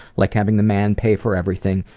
like having the man pay for everything,